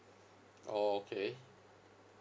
orh okay